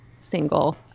single